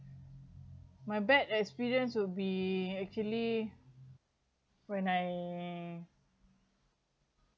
my bad experience will be actually when I